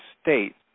state